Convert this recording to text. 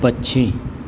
पक्षी